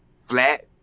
flat